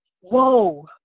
whoa